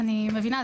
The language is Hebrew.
אני מבינה,